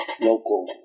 local